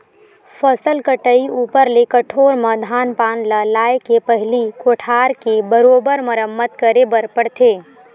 फसल कटई ऊपर ले कठोर म धान पान ल लाए के पहिली कोठार के बरोबर मरम्मत करे बर पड़थे